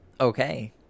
Okay